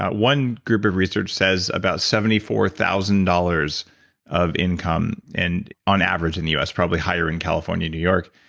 ah one group of research says about seventy four thousand dollars of income and on average in the us, probably higher in california and new york,